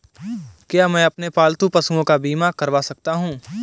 क्या मैं अपने पालतू पशुओं का बीमा करवा सकता हूं?